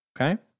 Okay